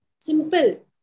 Simple